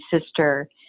sister